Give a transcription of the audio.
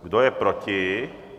Kdo je proti?